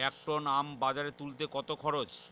এক টন আম বাজারে তুলতে কত খরচ?